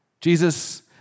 Jesus